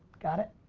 got it?